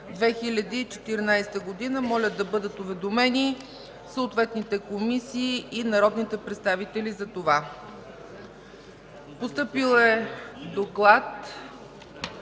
2014 г., и молят да бъдат уведомени съответните комисии и народните представители за това. Постъпил е доклад